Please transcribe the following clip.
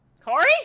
Corey